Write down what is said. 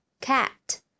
cat